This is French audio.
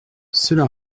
cela